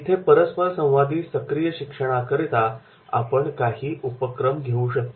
इथे परस्परसंवादी सक्रिय शिकण्याकरता आपण काही उपक्रम घेऊ शकतो